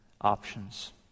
options